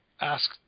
ask